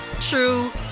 true